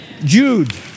Jude